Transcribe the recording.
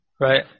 Right